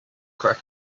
crack